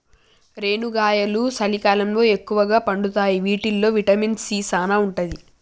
రేనుగాయలు సలికాలంలో ఎక్కుగా పండుతాయి వీటిల్లో విటమిన్ సీ సానా ఉంటది